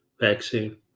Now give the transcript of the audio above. vaccine